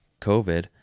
COVID